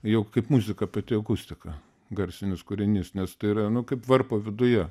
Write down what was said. jau kaip muzika pati akustika garsinis kūrinys nes tai yra nu kaip varpo viduje